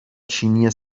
چینی